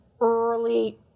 early